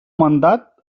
mandat